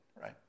right